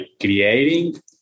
creating